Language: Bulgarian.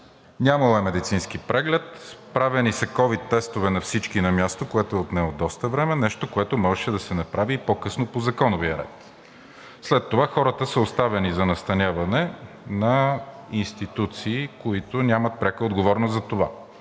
нямало е медицински преглед. Правени са ковид тестове на всички на място, което е отнело доста време – нещо, което можеше да се направи и по-късно по законовия ред. След това хората са оставени за настаняване на институции, които нямат пряка отговорност за това.